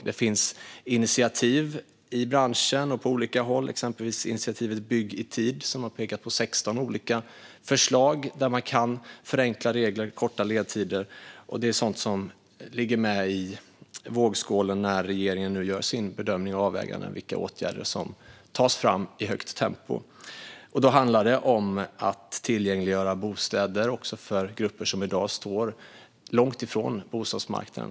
Det finns initiativ i branschen och på olika andra håll, exempelvis initiativet Bygg i tid, där man pekar på 16 olika förslag för att förenkla regler och korta ledtider. Det är sådant som ligger med i vågskålen när regeringen nu gör sina bedömningar och avvägningar av vilka åtgärder som ska tas fram i högt tempo. Det handlar om att tillgängliggöra bostäder också för grupper som i dag står långt ifrån bostadsmarknaden.